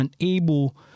unable